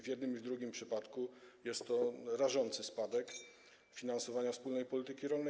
W jednym i drugim przypadku jest to rażący spadek finansowania wspólnej polityki rolnej.